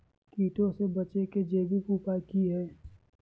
कीटों से बचे के जैविक उपाय की हैय?